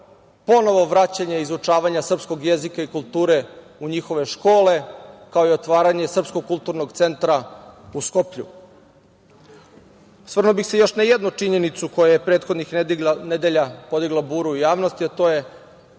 ponovo vraćanje i izučavanje srpskog jezika i kulture u njihove škole, kao i otvaranje srpskog kulturnog centra u Skoplju. Osvrnuo bih se na još jednu činjenicu koja je prethodnih nedelja podigla buru u javnosti, a to je